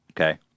okay